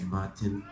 Martin